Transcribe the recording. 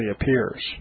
appears